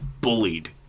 bullied